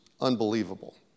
unbelievable